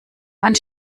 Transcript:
wann